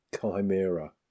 chimera